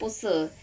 不是